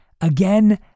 again